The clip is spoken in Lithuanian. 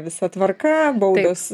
visa tvarka baudos